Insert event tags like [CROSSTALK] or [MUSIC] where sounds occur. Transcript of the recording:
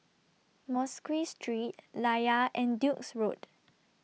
Mosque Street Layar and Duke's Road [NOISE]